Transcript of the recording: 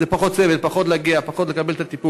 זה פחות סבל, פחות להגיע, פחות טיפול.